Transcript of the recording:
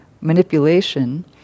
manipulation